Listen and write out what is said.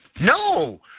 No